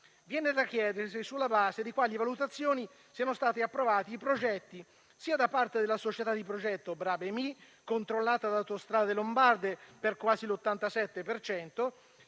Viene da chiedere sulla base di quali valutazioni siano stati approvati i progetti sia da parte della società di progetto Brebemi, controllata da Autostrade lombarde per quasi l'87